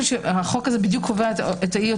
החוק הזה בדיוק קובע אי-אוטומטיות,